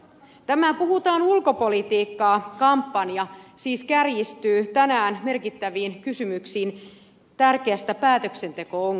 tämä puhutaan ulkopolitiikkaa kampanja siis kärjistyy tänään merkittäviin kysymyksiin tärkeästä päätöksenteko ongelmasta